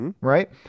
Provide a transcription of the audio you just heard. Right